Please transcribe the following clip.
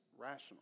rational